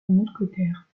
mousquetaire